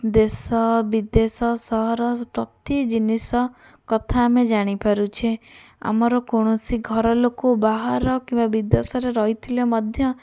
ଦେଶ ବିଦେଶ ସହର ପ୍ରତି ଜିନିଷ କଥା ଆମେ ଜାଣିପାରୁଛେ ଆମର କୌଣସି ଘର ଲୋକ ବାହାର କିମ୍ବା ବିଦେଶରେ ରହିଥିଲେ ମଧ୍ୟ